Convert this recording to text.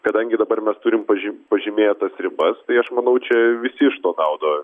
kadangi dabar mes turim pažym pažymėtas ribas tai aš manau čia visi iš to naudą